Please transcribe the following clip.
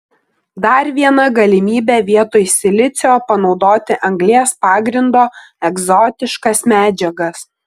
dar viena galimybė vietoj silicio panaudoti anglies pagrindo egzotiškas medžiagas